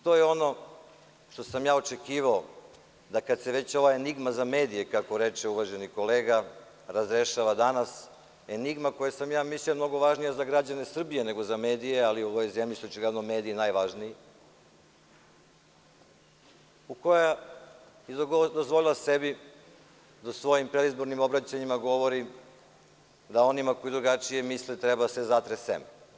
To je ono što sam ja očekivao da kada se već ova enigma za medije, kako reče uvaženi kolega, razrešava danas, enigma za koju sam mislio da je mnogo važnija za građane Srbije nego za medije, ali u ovoj zemlji su očigledno mediji najvažniji, koja je dozvolila sebi da u svojim predizbornim obraćanjima govori da onima koji drugačije misle treba da se zatre seme.